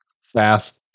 Fast